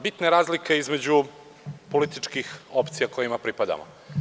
Bitna je razlika između političkih opcija kojima pripadamo.